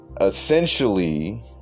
essentially